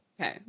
okay